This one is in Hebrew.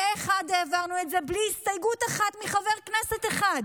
פה אחד העברנו את זה בלי הסתייגות אחת מחבר כנסת אחד.